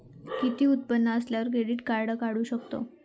किती उत्पन्न असल्यावर क्रेडीट काढू शकतव?